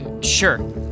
Sure